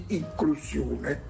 inclusione